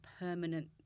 permanent